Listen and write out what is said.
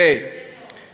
יפה מאוד.